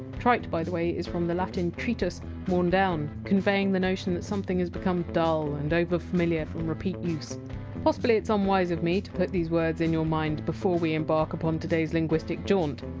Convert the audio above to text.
trite, by the way, is from the latin! tritus, worn down, conveying the notion that something has become dull and overfamiliar from repeat use possibly it is unwise of me to put these words in your mind before we embark upon today! s linguistic jaunt.